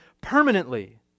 permanently